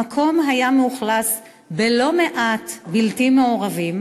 המקום היה מאוכלס בלא-מעט בלתי מעורבים,